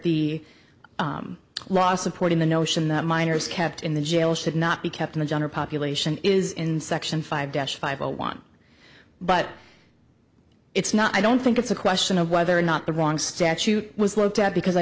the law supporting the notion that minors kept in the jail should not be kept in a general population is in section five deaths five or one but it's not i don't think it's a question of whether or not the wrong statute was locked up because i